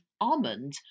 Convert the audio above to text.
almond